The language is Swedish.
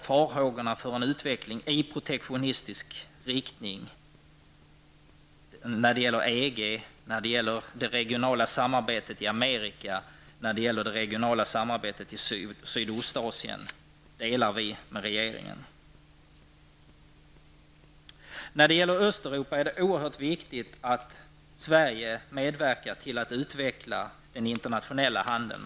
Farhågorna för en utveckling i protektionistisk riktning i EG, i fråga om det regionala samarbetet i Amerika och Sydostasien delar vi med regeringen. När det gäller Östeuropa är det oerhört viktigt att Sverige verkar att utveckla handeln.